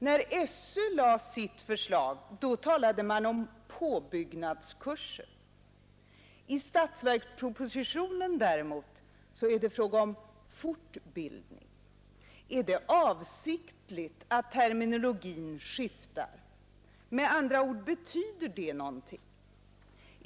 När SÖ lade fram sitt förslag talade man om påbyggnadskurser. I statsverkspropositionen däremot är det fråga om fortbildning. Är det avsiktligt att terminologin skiftar? Eller med andra ord: Betyder det någonting?